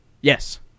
Yes